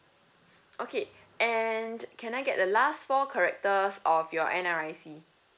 okay and can I get the last four characters of your N_R_I_C